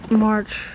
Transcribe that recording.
march